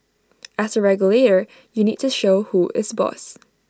as A regulator you need to show who is boss